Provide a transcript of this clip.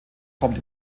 kommt